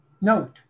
Note